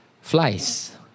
Flies